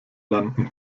landen